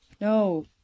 no